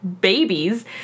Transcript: babies